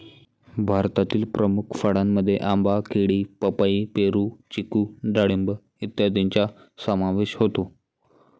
भारतातील प्रमुख फळांमध्ये आंबा, केळी, पपई, पेरू, चिकू डाळिंब इत्यादींचा समावेश होतो